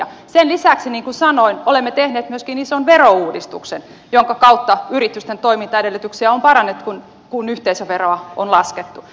sen lisäksi niin kuin sanoin olemme tehneet myöskin ison verouudistuksen jonka kautta yritysten toimintaedellytyksiä on parannettu kun yhteisöveroa on laskettu